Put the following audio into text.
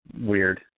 weird